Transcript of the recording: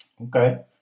Okay